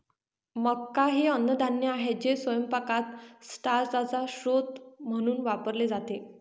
मका हे अन्नधान्य आहे जे स्वयंपाकात स्टार्चचा स्रोत म्हणून वापरले जाते